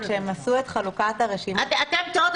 כשהם עשו את חלוקת הרשימות --- אתן טועות.